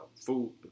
food